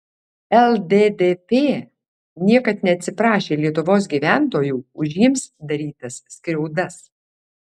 lddp niekad neatsiprašė lietuvos gyventojų už jiems darytas skriaudas